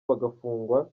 bagafungwa